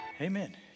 Amen